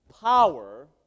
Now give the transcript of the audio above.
power